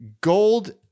gold